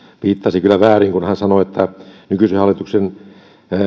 viittasi kyllä väärin kun hän sanoi että nykyisen hallituksen